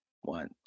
one